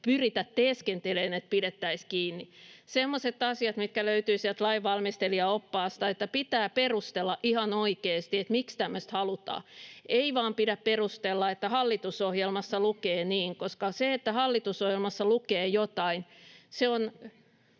lakiesitysten muodosta pidettäisiin kiinni. Semmoiset asiat löytyvät sieltä lainvalmistelijaoppaasta: se, että pitää perustella ihan oikeasti, miksi tämmöistä halutaan. Ei pidä perustella vain, että hallitusohjelmassa lukee niin, koska se, että hallitusohjelmassa lukee jotain, on